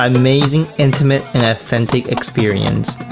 um amazingly intimate and authentic experience,